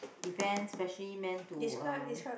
event specially meant to